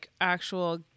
actual